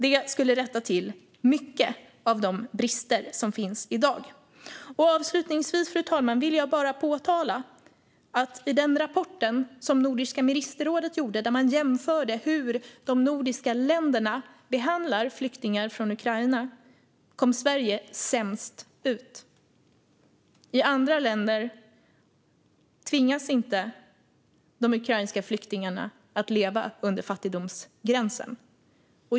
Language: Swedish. Det skulle rätta till mycket när det gäller de brister som finns i dag. Avslutningsvis, fru talman, vill jag bara påpeka att Sverige kom sämst ut i den rapport som Nordiska ministerrådet gjorde, där man jämförde hur de nordiska länderna behandlar flyktingar från Ukraina. I andra länder tvingas inte de ukrainska flyktingarna att leva under fattigdomsgränsen.